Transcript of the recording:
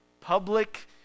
Public